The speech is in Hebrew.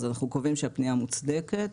אנחנו קובעים שהפנייה מוצדקת.